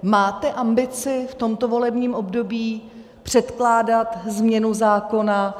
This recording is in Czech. Máte ambici v tomto volebním období předkládat změnu zákona?